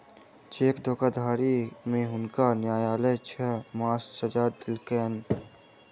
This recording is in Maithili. चेक धोखाधड़ी में हुनका न्यायलय छह मासक सजा देलकैन